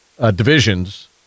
divisions